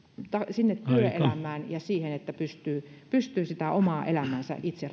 sinne työelämään ja siihen että pystyy sitä omaa elämäänsä itse